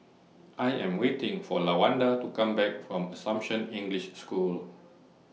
I Am waiting For Lawanda to Come Back from Assumption English School